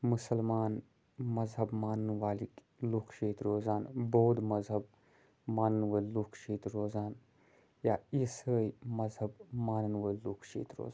مسلمان مذہب مانن وٲلِکۍ لوٗکھ چھِ ییٚتہِ روزان بودھ مذہب مانن وٲلۍ لوٗکھ چھِ ییٚتہِ روزان یا عیٖسٲے مذہب مانن وٲلۍ لوٗکھ چھِ ییٚتہِ روزان